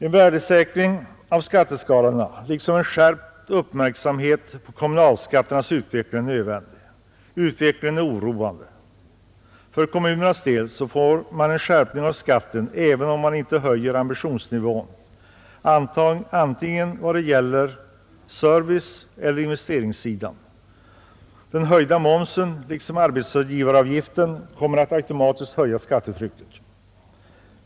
En värdesäkring av skatteskalorna liksom en skärpt uppmärksamhet på kommu nalskatternas utveckling är nödvändig. Utvecklingen där är oroande. Kommunerna kommer att bli tvungna att höja skatterna även om de inte höjer ambitionsnivån vad det gäller serviceeller investeringssidan. Den höjda momsen liksom arbetsgivaravgiften kommer automatiskt att öka skattetrycket.